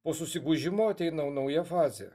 po susigūžimo ateina nauja fazė